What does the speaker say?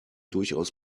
durchaus